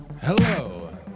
Hello